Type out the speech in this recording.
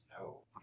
no